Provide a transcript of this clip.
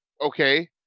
okay